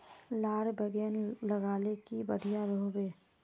लार बैगन लगाले की बढ़िया रोहबे?